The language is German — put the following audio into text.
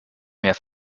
mehr